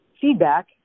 feedback